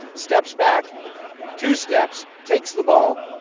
steps back two steps, takes the ball,